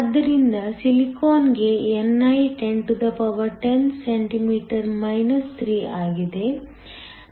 ಆದ್ದರಿಂದ ಸಿಲಿಕಾನ್ಗೆ ni 1010 cm 3 ಆಗಿದೆ